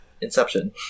Inception